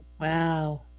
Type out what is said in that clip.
Wow